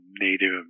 Native